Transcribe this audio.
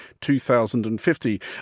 2050